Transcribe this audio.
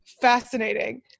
fascinating